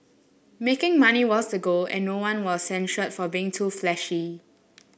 making money was the goal and no one was censured for being too flashy